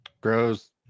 Gross